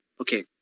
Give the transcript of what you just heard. Okay